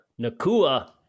Nakua